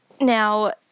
now